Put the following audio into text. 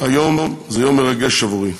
היום זה יום מרגש עבורי.